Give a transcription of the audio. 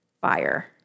fire